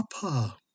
Papa